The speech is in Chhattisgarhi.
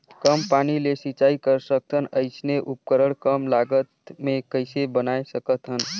कम पानी ले सिंचाई कर सकथन अइसने उपकरण कम लागत मे कइसे बनाय सकत हन?